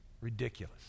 Ridiculous